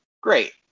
great